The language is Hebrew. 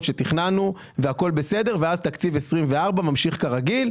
שתכננו והכול בסדר ואז תקציב 24' ממשיך כרגיל.